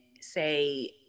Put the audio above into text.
say